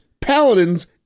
paladins